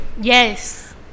Yes